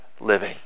living